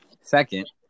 Second